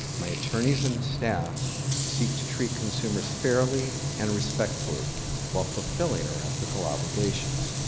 my attorneys and staff seek to treat consumers fairly and respectfully while fulfilling our ethical obligations.